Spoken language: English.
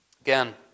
Again